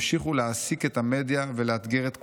ימשיכו להעסיק את המדיה ולאתגר את כולנו.